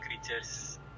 creatures